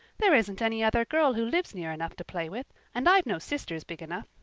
there isn't any other girl who lives near enough to play with, and i've no sisters big enough.